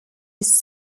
his